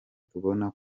tubona